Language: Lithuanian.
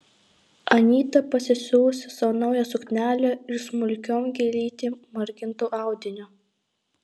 anyta pasisiuvusi sau naują suknelę iš smulkiom gėlytėm marginto audinio